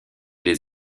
des